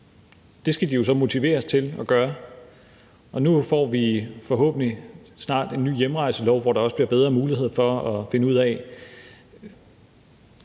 det skal de jo så motiveres til at gøre. Nu får vi forhåbentlig snart en ny hjemrejselov, hvor der også bliver bedre muligheder for at finde ud af,